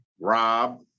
Rob